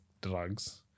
drugs